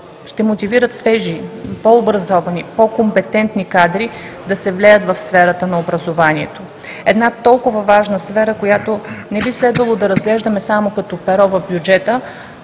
ще мотивират свежи, по-образовани, по-компетентни кадри да се влеят в сферата на образованието, една толкава важна сфера, която не би следвало да разглеждаме само като перо в бюджета